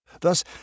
Thus